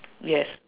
yes